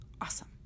Awesome